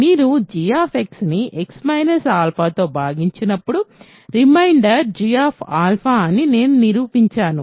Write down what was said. మీరు g ని X తో భాగించినప్పుడు రిమైండర్ g అని నేను నిరూపించాను